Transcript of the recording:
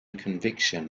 conviction